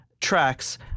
tracks